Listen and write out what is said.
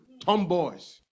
tomboys